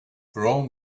rome